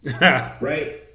Right